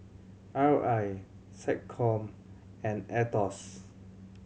R I SecCom and Aetos